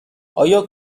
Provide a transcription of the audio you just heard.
آیا